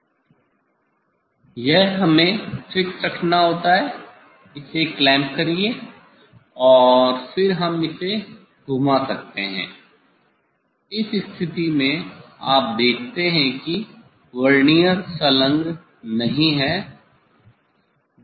यह इसे हमें फिक्स्ड रखना होता है इसे क्लैंप करिये और फिर हम इसे घुमा सकते हैं इस स्थिति में आप देखते हैं कि वर्नियर संलग्न नहीं है